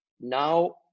Now